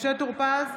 משה טור פז,